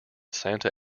santa